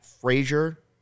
Frazier